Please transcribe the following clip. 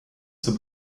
zur